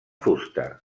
fusta